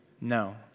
No